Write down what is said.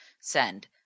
send